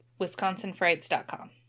WisconsinFrights.com